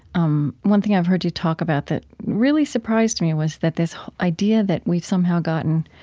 um one thing i've heard you talk about that really surprised me was that this idea that we've somehow gotten